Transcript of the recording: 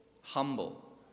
humble